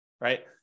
right